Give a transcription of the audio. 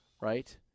right